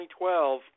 2012